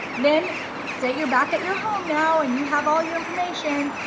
then say, you're back at your home now and you have all your information.